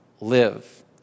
live